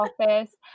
office